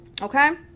Okay